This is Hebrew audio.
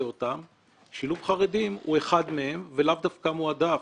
אותם כאשר שילוב חרדים הוא אחד מהם ולאו דווקא מועדף.